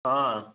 हा